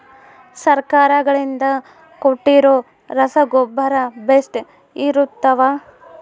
ಸರ್ಕಾರಗಳಿಂದ ಕೊಟ್ಟಿರೊ ರಸಗೊಬ್ಬರ ಬೇಷ್ ಇರುತ್ತವಾ?